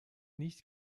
nicht